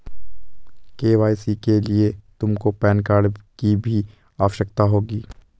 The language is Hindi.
के.वाई.सी के लिए तुमको पैन कार्ड की भी आवश्यकता होगी